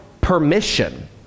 permission